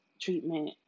treatment